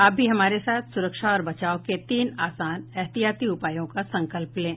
आप भी हमारे साथ सुरक्षा और बचाव के तीन आसान एहतियाती उपायों का संकल्प लें